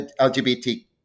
LGBT